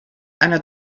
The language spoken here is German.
einer